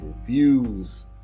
Reviews